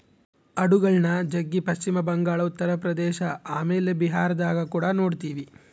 ಆಡುಗಳ್ನ ಜಗ್ಗಿ ಪಶ್ಚಿಮ ಬಂಗಾಳ, ಉತ್ತರ ಪ್ರದೇಶ ಆಮೇಲೆ ಬಿಹಾರದಗ ಕುಡ ನೊಡ್ತಿವಿ